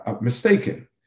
mistaken